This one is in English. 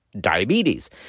Diabetes